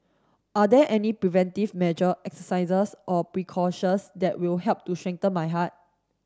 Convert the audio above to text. are there any preventive measure exercises or precautions that will help to strengthen my heart